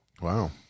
Wow